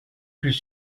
plus